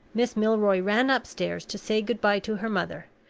miss milroy ran upstairs to say good-by to her mother,